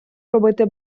робити